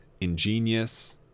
Ingenious